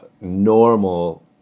normal